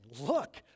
Look